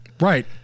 right